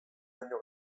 baino